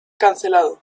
cancelado